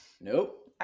nope